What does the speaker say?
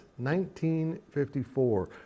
1954